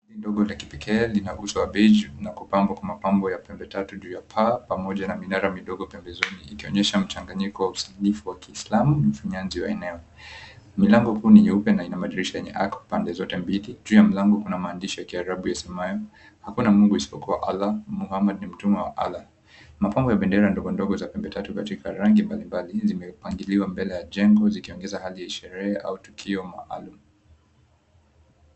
Ndogo la kipekee lina uso wa beiji na kupambwa kwa mapambo ya pembe tatu juu ya paa pamoja na minara midogo pembezoni ikionyesha mchanganyiko wa usanifu wa kiislamu mfinyanzi wa eneo. Milango kuu ni nyeupe na ina madirisha yenye arc pande zote mbili. Juu ya mlango kuna maandishi ya kiarabu yasemayo, Hakuna Mungu Isipokua Allah Mohamed ni Mtume wa Allah. Mapambo ya bendera ndogo ndogo za pembe tatu katika rangi mbalimbali hizi zimepangiliwa mbele ya jengo zikionyesha ni sherehe au tukio maalum.